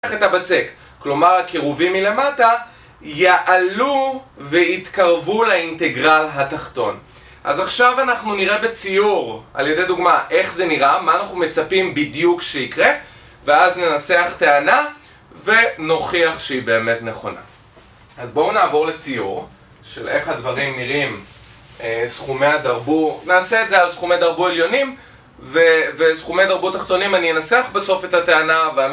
כלומר הקירובים מלמטה יעלו ויתקרבו לאינטגרל התחתון אז עכשיו אנחנו נראה בציור על ידי דוגמה איך זה נראה, מה אנחנו מצפים בדיוק שיקרה ואז ננסח טענה ונוכיח שהיא באמת נכונה. אז בואו נעבור לציור של איך הדברים נראים סכומי הדרבו נעשה את זה על סכומי דרבו עליונים וסכומי דרבו תחתונים. אני אנסח בסוף את הטענה